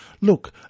Look